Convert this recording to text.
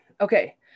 Okay